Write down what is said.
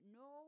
no